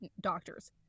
doctors